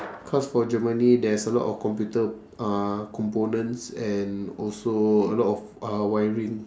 cause for germany there's a lot of computer uh components and also a lot of uh wiring